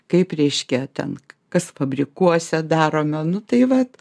kaip reiškia ten kas fabrikuose daroma nu tai vat